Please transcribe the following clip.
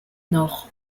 nord